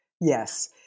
Yes